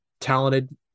talented